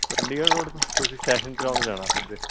Chandigarh road ਤੋਂ ਤੁਸੀਂ session ਚੌਂਕ ਜਾਣਾ ਸਿੱਧੇ